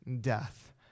death